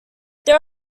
there